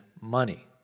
money